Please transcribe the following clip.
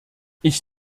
ich